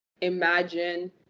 imagine